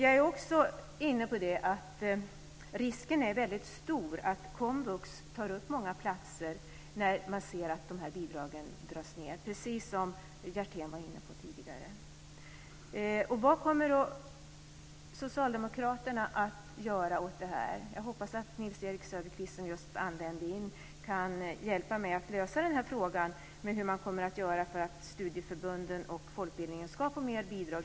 Jag är också inne på att risken är väldigt stor att komvux tar upp många platser när man ser att de här bidragen dras ned. Det var precis det som Hjertén var inne på tidigare. Vad tänker då Socialdemokraterna göra åt det här? Jag hoppas att Nils-Erik Söderqvist, som just kom in i kammaren, kan hjälpa mig att lösa frågan om hur man kommer att göra för att studieförbunden och folkbildningen ska få mer bidrag.